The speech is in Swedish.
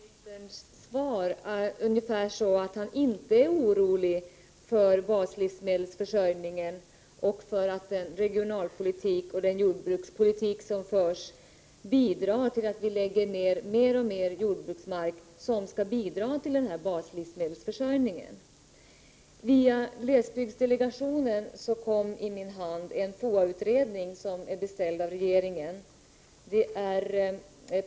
Fru talman! Jag tolkar försvarsministerns svar ungefär så, att han inte är orolig för baslivsmedelsförsörjningen. Han verkar inte heller vara orolig för att den regionalpolitik och den jordbrukspolitik som förs bidrar till att mer och mer av den jordbruksmark som skall svara för baslivsmedelsförsörjningen läggs ned. Via glesbygdsdelegationen fick jag i min hand en FOA-utredning som är beställd av regeringen.